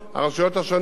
ימצאו,